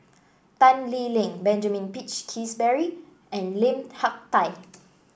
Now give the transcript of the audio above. Tan Lee Leng Benjamin Peach Keasberry and Lim Hak Tai